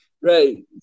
right